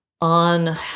on